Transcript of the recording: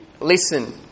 Listen